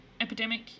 epidemic